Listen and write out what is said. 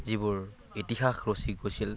যিবোৰইতিহাস ৰচি গৈছিল